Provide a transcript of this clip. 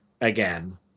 again